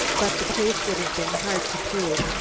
but the case would have been hard to prove,